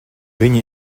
viņi